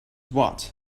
what